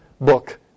book